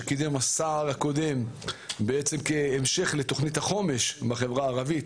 שקידם השר הקודם כהמשך לתוכנית החומש בחברה הערבית,